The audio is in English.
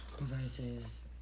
Versus